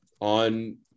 on